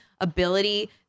ability